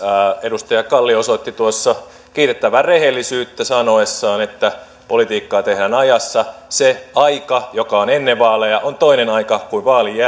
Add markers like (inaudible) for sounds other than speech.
edustaja kalli osoitti kiitettävää rehellisyyttä sanoessaan että politiikkaa tehdään ajassa se aika joka on ennen vaaleja on toinen aika kuin vaalien (unintelligible)